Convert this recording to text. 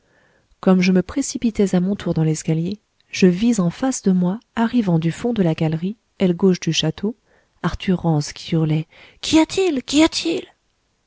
comme je me précipitais à mon tour dans l'escalier je vis en face de moi arrivant du fond de la galerie aile gauche du château arthur rance qui hurlait qu'y a-t-il qu'y a-til